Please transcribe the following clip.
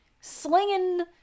slinging